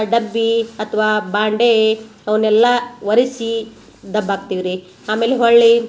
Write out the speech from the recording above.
ಡಬ್ಬಿ ಅಥ್ವಾ ಬಾಂಡೆ ಅವನ್ನೆಲ್ಲ ಒರೆಸಿ ದಬ್ಬಾಕ್ತೀವಿ ರೀ ಆಮೇಲೆ ಹೊಳ್ಳಿ